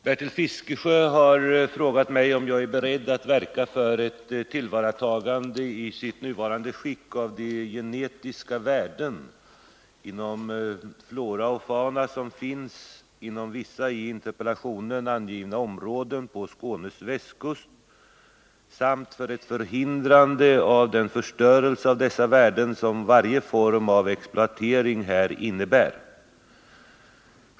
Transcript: Herr talman! Bertil Fiskesjö har frågat mig om jag är beredd att verka för ett tillvaratagande i sitt nuvarande skick av de genetiska värden inom flora och fauna som finns inom vissa i interpellationen angivna områden på Skånes västkust samt för ett förhindrande av den förstörelse av dessa värden som varje form av exploatering här innebär.